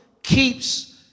Keeps